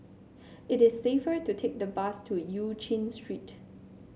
it is safer to take the bus to Eu Chin Street